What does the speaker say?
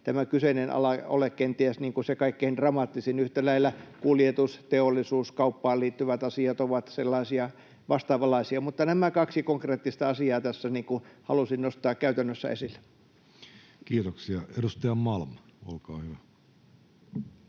tämä kyseinen ala ole kenties se kaikkein dramaattisin, vaan yhtä lailla kuljetus, teollisuus ja kauppaan liittyvät asiat ovat sellaisia vastaavanlaisia. Mutta nämä kaksi konkreettista asiaa tässä halusin nostaa käytännössä esille. [Speech 115] Speaker: